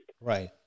Right